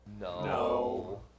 No